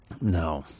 No